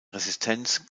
resistenz